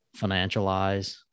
financialize